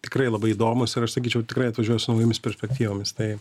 tikrai labai įdomūs ir aš sakyčiau tikrai atvažiuos su naujomis perspektyvomis tai